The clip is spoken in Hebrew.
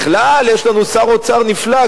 בכלל יש לנו שר אוצר נפלא,